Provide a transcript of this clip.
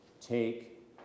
Take